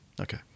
okay